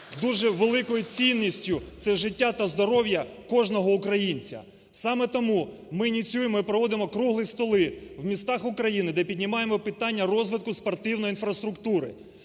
дуже великою цінністю це життя та здоров'я кожного українця. Саме тому ми ініціюємо і проводимо круглі столи в містах Украйни, де піднімаємо питання розвитку спортивної інфраструктури.